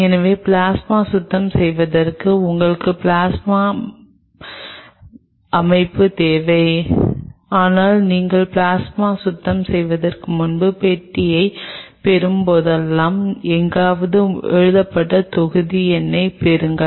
எனவே பிளாஸ்மா சுத்தம் செய்வதற்கு உங்களுக்கு பிளாஸ்மா அ மைப்பு தேவை ஆனால் நீங்கள் பிளாஸ்மா சுத்தம் செய்வதற்கு முன்பே பெட்டியைப் பெறும் போதெல்லாம் எங்காவது எழுதப்பட்ட தொகுதி எண்ணைப் பெறுங்கள்